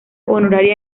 honoraria